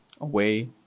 away